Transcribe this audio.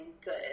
good